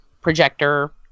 projector